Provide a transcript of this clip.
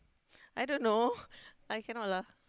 I don't know I cannot lah